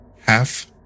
Half